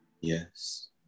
Yes